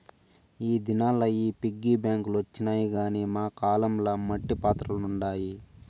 ఈ దినాల్ల ఈ పిగ్గీ బాంక్ లొచ్చినాయి గానీ మా కాలం ల మట్టి పాత్రలుండాయి